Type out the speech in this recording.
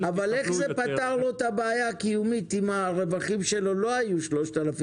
אבל איך זה פתר לו את הבעיה הקיומית אם הרווחים שלו לא היו 3,000